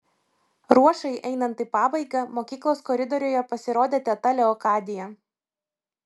ruošai einant į pabaigą mokyklos koridoriuje pasirodė teta leokadija